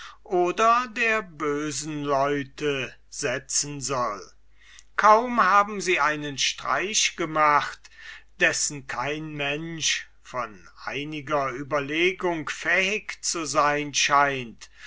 oder der bösen leute setzen soll kaum haben sie einen streich gemacht dessen kein mensch von einiger überlegung fähig zu sein scheint